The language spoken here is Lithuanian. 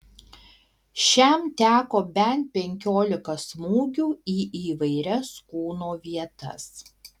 šiam teko bent penkiolika smūgių į įvairias kūno vietas